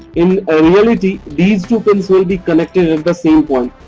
in ah reality these two pins will be connected at the same point.